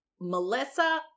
Melissa